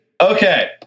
okay